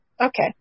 Okay